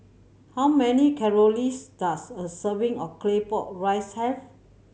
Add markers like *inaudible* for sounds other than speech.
how many *unintelligible* does a serving of Claypot Rice have